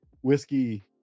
whiskey